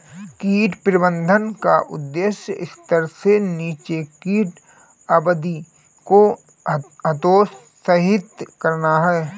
कीट प्रबंधन का उद्देश्य स्तर से नीचे कीट आबादी को हतोत्साहित करना है